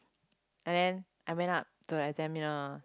and then I went up to the examiner